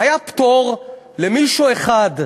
היה פטור למישהו אחד,